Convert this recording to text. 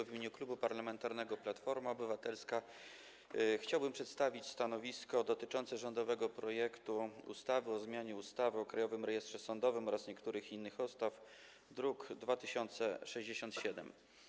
W imieniu Klubu Parlamentarnego Platforma Obywatelska chciałbym przedstawić stanowisko dotyczące rządowego projektu ustawy o zmianie ustawy o Krajowym Rejestrze Sądowym oraz niektórych innych ustaw, druk nr 2067.